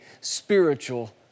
spiritual